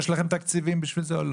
יש לכם תקציבים בשביל זה או לא?